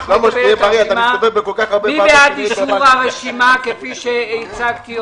מי בעד אישור הרשימה כפי שהצגתי?